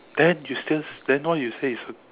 then you still then why you say it's